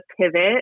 pivot